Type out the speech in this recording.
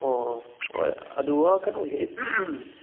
ꯑꯣ ꯑꯣ ꯍꯣꯏ ꯑꯗꯨꯒ ꯀꯩꯅꯣꯒꯤ